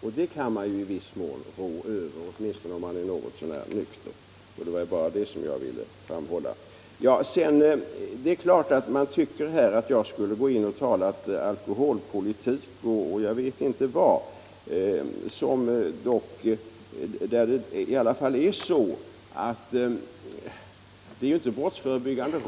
Det kan man i viss mån rå över själv, åtminstone om man är något så när nykter. Det var bara det jag ville framhålla. Deltagarna i debatten har ansett att jag skulle gå in och tala alkoholpolitik och jag vet inte vad. Brottsförebyggande